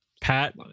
Pat